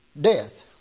death